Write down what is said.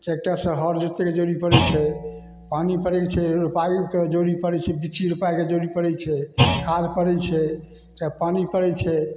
ट्रैक्टरसँ हर जोतैके जरूरी पड़ै छै पानी पड़ै छै पाइपके जरूरी पड़ै छै बिच्ची रोपाइके जरूरी पड़ै छै खाद पड़ै छै तऽ पानी पड़ै छै